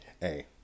hey